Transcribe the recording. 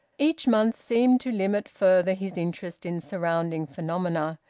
each month seemed to limit further his interest in surrounding phenomena,